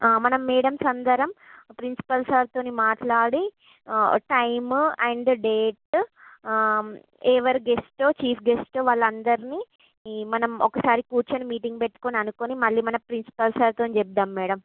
మన మేడమ్స్ అందరం ప్రిన్సిపల్ సార్తోని మాట్లాడి టైం అండ్ డేట్ ఎవరు గెస్టో చీఫ్ గెస్టో వాళ్ళందరిని మనం ఒకసారి కూర్చుని మీటింగ్ పెట్టుకుని అనుకుని మళ్ళీ మన ప్రిన్సిపల్ సార్తోని చెప్దాం మేడం